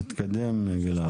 תתקדם גלעד.